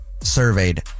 surveyed